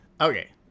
Okay